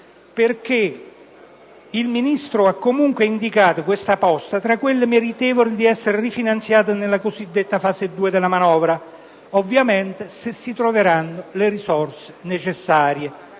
Il Ministro ha indicato questa posta tra quelle meritevoli di essere rifinanziate nella cosiddetta fase 2 della manovra, ovviamente se si troveranno le risorse necessarie.